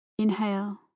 Inhale